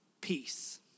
peace